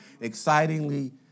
excitingly